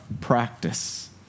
practice